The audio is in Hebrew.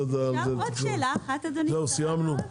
סיימנו.